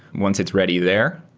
once it's ready there,